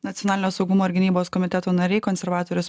nacionalinio saugumo ir gynybos komiteto nariai konservatorius